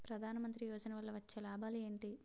ప్రధాన మంత్రి యోజన వల్ల వచ్చే లాభాలు ఎంటి?